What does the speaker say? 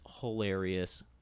hilarious